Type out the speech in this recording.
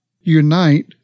unite